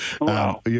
Wow